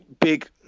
big